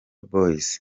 boys